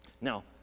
Now